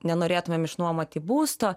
nenorėtumėm išnuomoti būsto